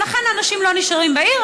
לכן האנשים לא נשארים בעיר.